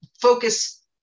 focus